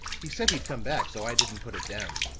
he said he'd come back, so i didn't put it down.